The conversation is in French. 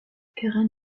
karen